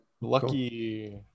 lucky